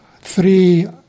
three